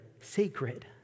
sacred